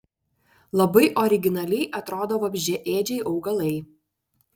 labai originaliai atrodo vabzdžiaėdžiai augalai